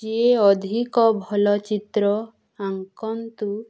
ଯିଏ ଅଧିକ ଭଲ ଚିତ୍ର ଆଙ୍କନ୍ତୁ